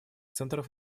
центров